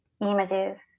images